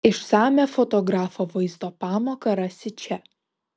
išsamią fotografo vaizdo pamoką rasi čia